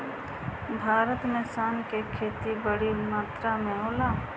भारत में सन के खेती बड़ी मात्रा में होला